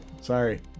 Sorry